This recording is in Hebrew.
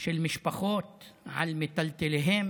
של משפחות על מיטלטליהן